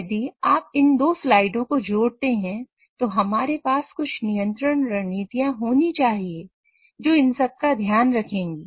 तो यदि आप इन दो स्लाइड को जोड़ते हैं तो हमारे पास कुछ नियंत्रण रणनीतियां होनी चाहिए जो इन सब का ध्यान रखेंगी